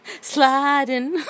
sliding